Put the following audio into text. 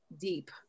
deep